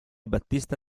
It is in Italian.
battista